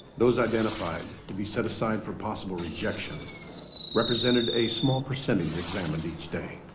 those identified to be set aside for possible rejection represented a small percentage examined each day